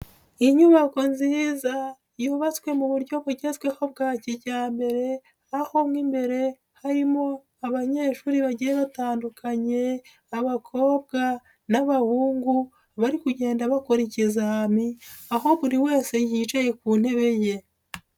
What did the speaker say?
Inyubako nziza, yubatswe mu buryo bugezweho bwa kijyambere, aho nk'imbere harimo abanyeshuri bagiye hatandukanye, abakobwa n'abahungu, bari kugenda bakora ikizami, aho buri wese yicaye ku ntebe ye.